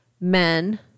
men